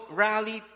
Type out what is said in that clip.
rally